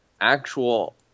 actual